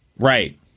Right